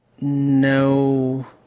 no